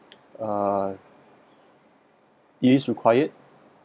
uh it is required